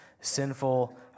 sinful